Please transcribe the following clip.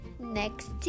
next